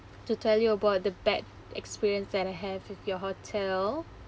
to tell you about the bad experience that I have with your hotel